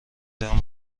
دهم